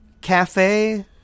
cafe